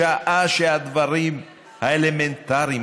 בשעה שהדברים האלמנטריים,